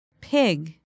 Pig